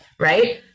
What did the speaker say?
Right